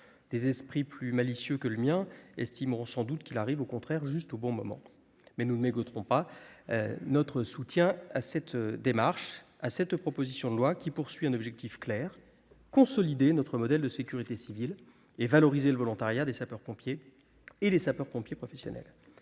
Des esprits plus malicieux que le mien estimeront sans doute qu'il intervient au contraire juste au bon moment. Cependant, nous ne mégoterons pas notre soutien à cette proposition de loi, qui poursuit un objectif clair : consolider notre modèle de sécurité civile et valoriser le volontariat des sapeurs-pompiers et les sapeurs-pompiers professionnels.